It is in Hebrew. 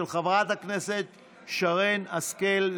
של חברת הכנסת שרן השכל,